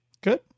Good